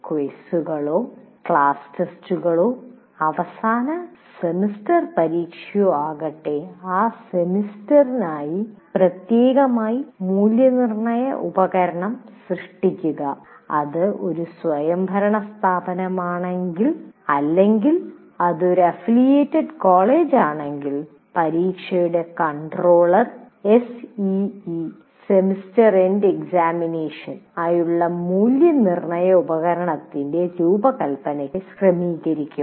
ക്വിസുകളോ class ടെസ്റ്റുകളോ അവസാന semester പരീക്ഷയോ ആകട്ടെ ആ സെമസ്റ്ററിനായി പ്രത്യേകമായി മൂല്യനിർണ്ണയ ഉപകരണം സൃഷ്ടിക്കുക ഇത് ഒരു സ്വയംഭരണ സ്ഥാപനമാണെങ്കിൽ അല്ലെങ്കിൽ അത് ഒരു അഫിലിയേറ്റഡ് കോളേജാണെങ്കിൽ പരീക്ഷയുടെ കൺട്രോളർ SEE നായുള്ള മൂല്യനിർണ്ണയ ഉപകരണത്തിന്റെ രൂപകൽപ്പനയ്ക്ക് ക്രമീകരിക്കും